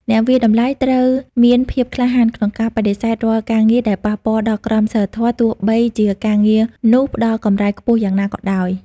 អ្នកវាយតម្លៃត្រូវមានភាពក្លាហានក្នុងការបដិសេធរាល់ការងារដែលប៉ះពាល់ដល់ក្រមសីលធម៌ ទោះបីជាការងារនោះផ្តល់កម្រៃខ្ពស់យ៉ាងណាក៏ដោយ។